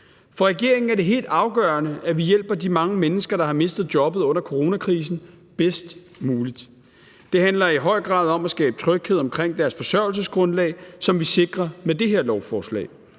For regeringen er det helt afgørende, at vi hjælper de mange mennesker, der har mistet jobbet under coronakrisen, bedst muligt. Det handler i høj grad om at skabe tryghed omkring deres forsørgelsesgrundlag, som vi sikrer med det her lovforslag.